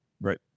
right